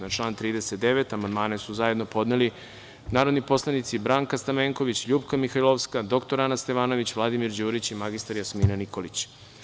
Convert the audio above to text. Na član 39. amandman su zajedno podneli narodni poslanici Branka Stamenković, LJupka Mihajlovska, dr Ana Stevanović, Vladimir Đurić i mr Jasmina Nikolić.